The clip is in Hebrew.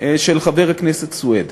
של חבר הכנסת סוייד.